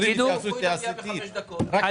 הצבעה, הצבעה, היושב-ראש.